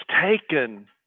taken